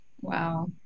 Wow